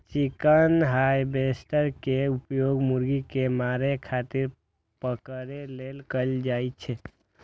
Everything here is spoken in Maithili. चिकन हार्वेस्टर के उपयोग मुर्गी कें मारै खातिर पकड़ै लेल कैल जाइ छै